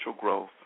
growth